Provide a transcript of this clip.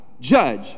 judge